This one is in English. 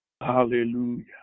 Hallelujah